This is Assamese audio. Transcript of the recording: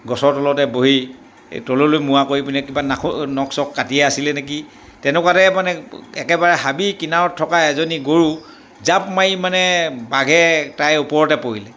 গছৰ তলতে বহি এই তললৈমোৱাকৈ কৰি পিনে কিবা নাখো নখ চখ কাটিয়ে আছিলে নেকি তেনেকুৱাতে মানে একেবাৰে হাবি কিনাৰত থকা এজনী গৰু জাপ মাৰি মানে বাঘে তাইৰ ওপৰতে পৰিলে